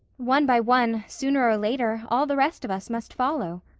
one by one, sooner or later, all the rest of us must follow.